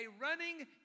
running